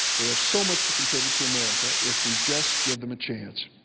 they have so much to contribute to america if we just give them a chance.